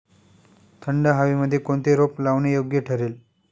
थंड हवेमध्ये कोणते रोप लावणे योग्य ठरेल?